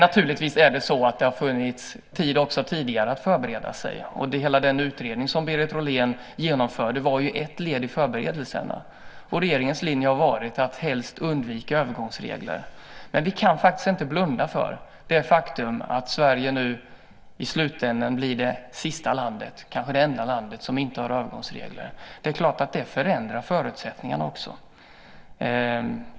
Naturligtvis har det också tidigare funnits tid att förbereda sig. Hela den utredning som Berit Rollén genomförde var ett led i förberedelserna. Regeringens linje har varit att helst undvika övergångsregler. Men vi kan faktiskt inte blunda för det faktum att Sverige nu i slutändan blir det sista landet, kanske det enda, som inte har övergångsregler. Det är klart att det förändrar förutsättningarna.